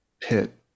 Pit